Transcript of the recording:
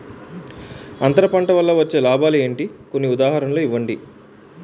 అంతర పంట వల్ల వచ్చే లాభాలు ఏంటి? కొన్ని ఉదాహరణలు ఇవ్వండి?